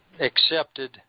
accepted